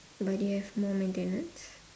but do you have more maintenance